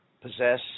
possess